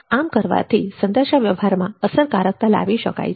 આમ કરવાથી સંદેશાવ્યવહારમાં અસરકારકતા લાવી શકાય છે